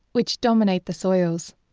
which dominate the soils.